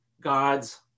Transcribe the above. God's